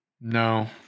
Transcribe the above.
No